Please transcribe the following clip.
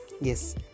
Yes